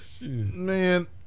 Man